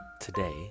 today